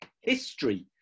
history